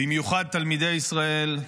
במיוחד תלמידי ישראל,